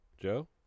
Joe